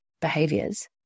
behaviors